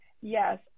Yes